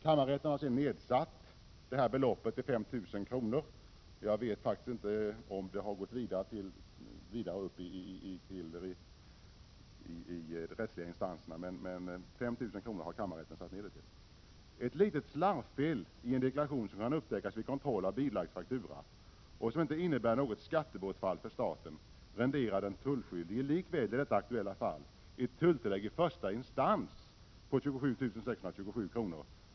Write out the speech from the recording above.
Kammarrätten har sedan nedsatt beloppet till 5 000 kr. Jag vet faktiskt inte om ärendet har gått vidare i de rättsliga instanserna. Ett litet slarvfel i en deklaration, som kan upptäckas vid kontroll av bilagd faktura och som inte innebär något skattebortfall för staten, renderar den tullskyldige likväl i detta aktuella fall ett tulltillägg i första instans på 27 627 kr.